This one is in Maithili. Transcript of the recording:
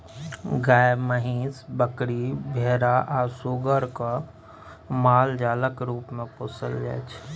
गाय, महीस, बकरी, भेरा आ सुग्गर केँ मालजालक रुप मे पोसल जाइ छै